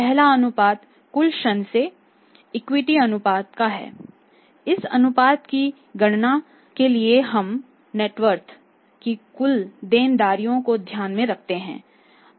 पहला अनुपात कुल ऋण से इक्विटी अनुपात का है इस अनुपात की गणना के लिए हम नेटवर्थ की कुल देनदारियों को ध्यान में रखते हैं